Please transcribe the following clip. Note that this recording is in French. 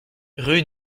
rue